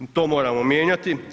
To moramo mijenjati.